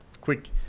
quick